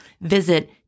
Visit